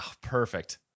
perfect